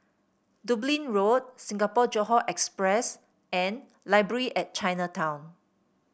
Dublin Road Singapore Johore Express and Library at Chinatown